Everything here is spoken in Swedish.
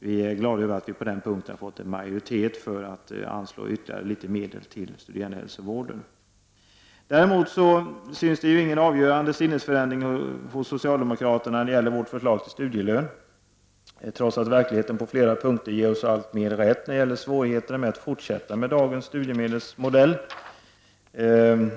Vi är glada över att vi på den punkten har fått majoritet för att anslå ytterligare medel till studerandehälsovården. Däremot syns ingen avgörande sinnesförändring hos socialdemokraterna när det gäller vårt förslag till studielön, trots att verkligheten på allt fler punkter ger oss rätt vad gäller svårigheterna att fortsätta med dagens studiemedelsmodell.